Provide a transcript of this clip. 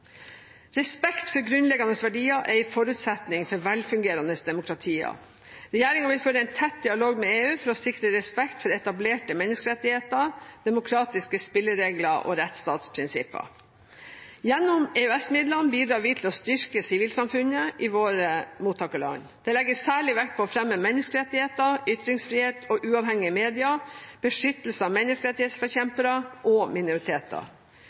Respekt for grunnleggende verdier er en forutsetning for velfungerende demokratier. Regjeringen vil føre en tett dialog med EU for å sikre respekt for etablerte menneskerettigheter, demokratiske spilleregler og rettsstatsprinsipper. Gjennom EØS-midlene bidrar vi til å styrke sivilsamfunnet i våre mottakerland. Det legges særlig vekt på å fremme menneskerettigheter, ytringsfrihet og uavhengige medier og beskyttelse av menneskerettighetsforkjempere og minoriteter.